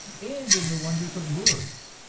and in the wonders of lourdes,